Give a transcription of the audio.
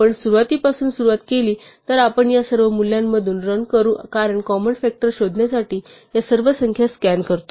आपण सुरवातीपासून सुरुवात केली तर आपण या सर्व मूल्यांमधून रन करू कारण कॉमन फ़ॅक्टर शोधण्यासाठी या सर्व संख्या स्कॅन करतो